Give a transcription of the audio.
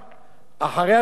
אחרי התקיפה הזאת,